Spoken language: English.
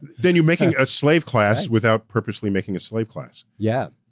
then you're making a slave class without purposely making a slave class. yeah,